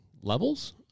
levels